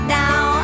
now